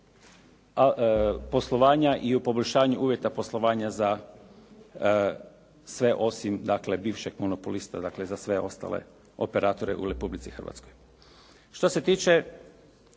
poslovanja i u poboljšanju uvjeta poslovanja za sve osim bivšeg monopolista, dakle za sve ostale operatore u Republici Hrvatskoj. Što se tiče